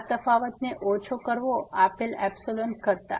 આ તફાવત ને ઓછો કરવો આપલે એપ્સીલોન કરતા